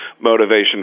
motivation